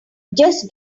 just